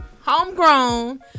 homegrown